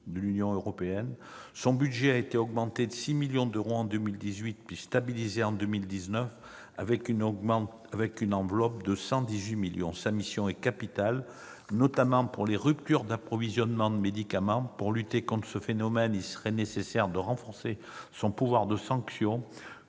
de l'Union européenne. Son budget a été augmenté de 6 millions d'euros en 2018, puis stabilisé en 2019, avec une enveloppe globale de 118 millions d'euros. Sa mission est capitale, notamment pour les ruptures d'approvisionnement de médicaments. Pour lutter contre ce phénomène, il serait nécessaire de renforcer son pouvoir de sanction,